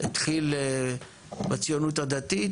התחיל בציונות הדתית,